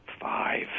five